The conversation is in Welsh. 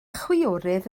chwiorydd